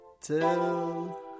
till